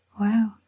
Wow